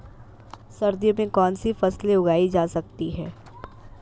सर्दियों में कौनसी फसलें उगाई जा सकती हैं?